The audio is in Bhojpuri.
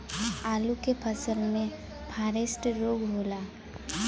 आलू के फसल मे फारेस्ट रोग होला?